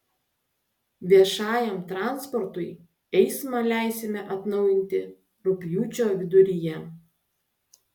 viešajam transportui eismą leisime atnaujinti rugpjūčio viduryje